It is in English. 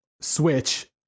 Switch